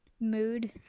mood